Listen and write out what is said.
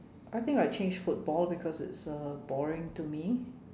I think I change football because it's uh boring to me